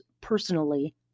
personally